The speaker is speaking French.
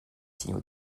signaux